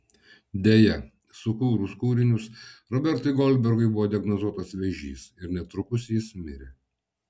deja sukūrus kūrinius robertui goldbergui buvo diagnozuotas vėžys ir netrukus jis mirė